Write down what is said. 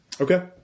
Okay